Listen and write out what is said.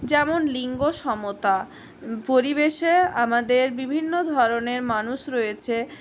যেমন লিঙ্গ সমতা পরিবেশে আমাদের বিভিন্ন ধরনের মানুষ রয়েছে